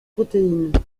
protéines